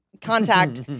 contact